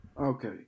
Okay